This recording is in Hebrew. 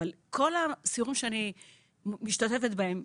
אבל כל הסיורים שאני משתתפת בהם,